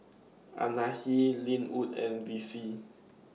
Anahi Linwood and Vicie